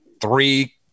three